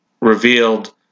revealed